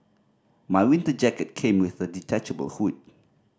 my winter jacket came with a detachable hood